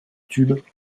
tubes